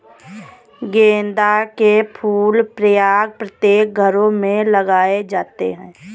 गेंदा के फूल प्रायः प्रत्येक घरों में लगाए जाते हैं